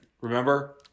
Remember